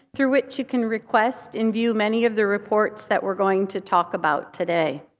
through which you can request and view many of the reports that we're going to talk about today.